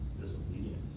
disobedience